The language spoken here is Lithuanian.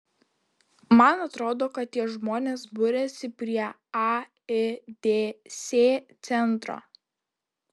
man atrodo kad tie žmonės buriasi prie aids centro